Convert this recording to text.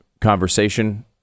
conversation